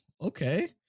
Okay